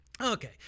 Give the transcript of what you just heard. okay